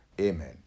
Amen